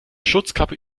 schutzkappe